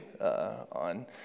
on